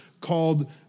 called